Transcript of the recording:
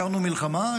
הכרנו מלחמה,